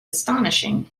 astonishing